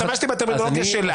השתמשתי בטרמינולוגיה שלה.